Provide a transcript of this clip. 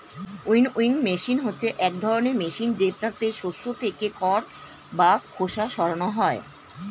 winnowing machine হচ্ছে এক ধরনের মেশিন যেটাতে শস্য থেকে খড় বা খোসা সরানো হয়